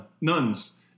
Nuns